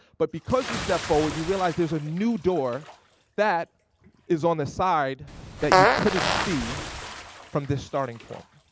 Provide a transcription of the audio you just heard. but because you stepped forward you realize there's a new door that is on the side that you couldn't see from this starting point.